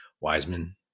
Wiseman